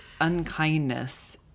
unkindness